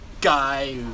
guy